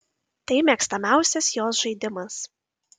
tai mėgstamiausias jos žaidimas